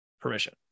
permission